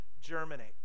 germinate